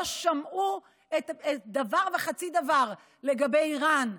לא שמעו דבר וחצי דבר לגבי איראן.